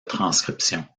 transcription